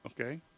Okay